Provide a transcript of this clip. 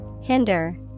Hinder